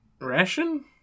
Ration